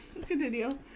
continue